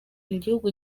igihugu